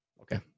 Okay